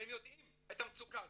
והם יודעים את המצוקה הזאת.